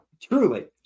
truly